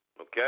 okay